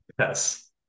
yes